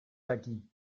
aquí